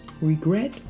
regret